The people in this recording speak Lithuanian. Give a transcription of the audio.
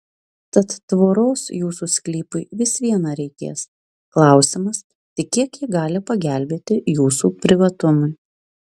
tad tvoros jūsų sklypui vis viena reikės klausimas tik kiek ji gali pagelbėti jūsų privatumui